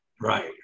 Right